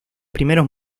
primeros